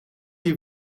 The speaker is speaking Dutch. die